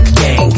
gang